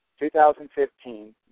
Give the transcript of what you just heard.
2015